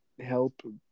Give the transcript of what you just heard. help